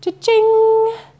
Cha-ching